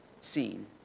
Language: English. seen